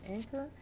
Anchor